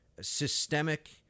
systemic